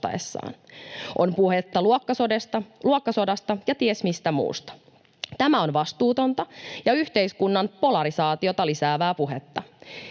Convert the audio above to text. On puhetta luokkasodasta ja ties mistä muusta. Tämä on vastuutonta ja yhteiskunnan polarisaatiota lisäävää puhetta.